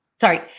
sorry